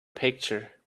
picture